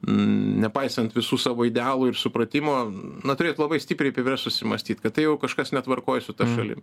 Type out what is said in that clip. nepaisant visų savo idealų ir supratimo na turėtų labai stipriai privers susimąstyt kad tai jau kažkas netvarkoj su ta šalim